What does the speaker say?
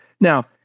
Now